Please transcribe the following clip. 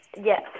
Yes